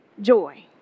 joy